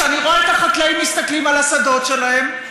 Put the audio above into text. כשאני רואה את החקלאים מסתכלים על השדות שלהם.